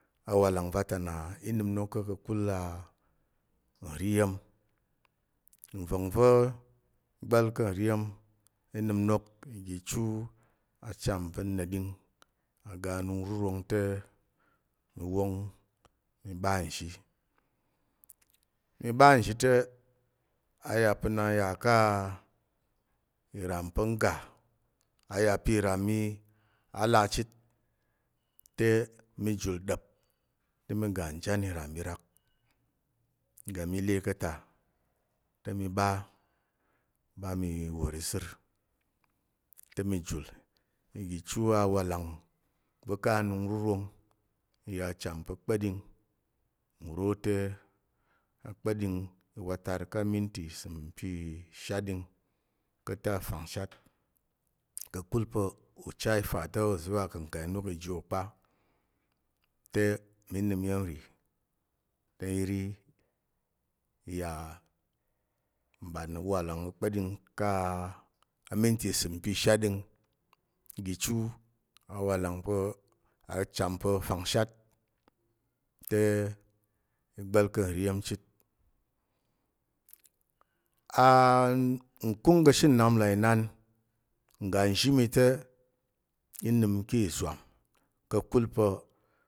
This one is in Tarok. Awalang va ta na i nəm inok ka̱ ka̱kul nri iya̱m, nvong va̱ i gba̱l ka̱ nri iya̱m i nəm inok igi ichu acham pa̱ neɗing aga anung rurong te mi wong mi ɓa nzhi. Mi ɓa nzhi te a yà pa̱ na nya ki iram pa̱ na ngga, a yà pa̱ iram mi ala chit te mi jul ɗa̱p te mi ga njan iram mi rak ga mi le ka̱ ta te mi ɓa, ɓa mi wòr izər te mi jul igi chu awalang va ka anung rurong i yà acham pa̱ kpəɗing nro te akpəɗing i watar ka aminti isəm pi ishaɗing ka̱t te afangshat ka̱kul pa̱ ucha i fa te uza̱ wa ka̱ ngga inok iji wo kpa. Te mí iya̱m nri i ri i ya mɓan awalang akpəɗing ka aminti isəm pa̱ ikpa̱ɗing igi chu awalang pa̱ acham pa̱ fangshat te i gba̱l ka̱ nri iya̱m chit a nkung ka̱she nnap nlà inan ngga nzhi mi te mí nəm ki izwam ka̱kul pa̱,